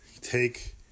take